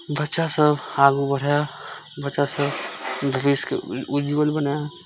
बच्चा सब आगू बढ़ाए बच्चा सब भविष्यके उज्ज्वल बनाय